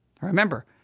Remember